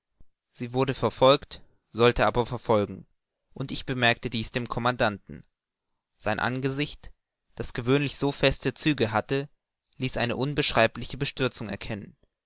sie wurde verfolgt sollte aber verfolgen und ich bemerkte dies dem commandanten sein angesicht das gewöhnlich so feste züge hatte ließ eine unbeschreibliche bestürzung erkennen